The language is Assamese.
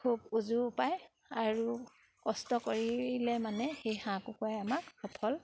খুব উজুও পায় আৰু কষ্ট কৰিলে মানে সেই হাঁহ কুকুৰাই আমাক সফল